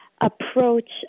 approach